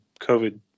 COVID